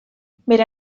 bere